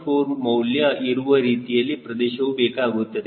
4 ಮೌಲ್ಯ ಇರುವ ರೀತಿ ಪ್ರದೇಶವು ಬೇಕಾಗುತ್ತದೆ